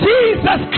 Jesus